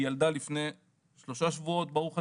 היא ילדה לפני שלושה שבועות ברוך ה'.